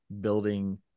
building